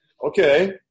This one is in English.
Okay